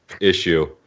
issue